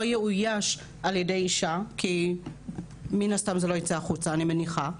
יאויש על ידי אישה כי מן הסתם זה לא יצא החוצה אני מניחה.